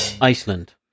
Iceland